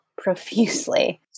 profusely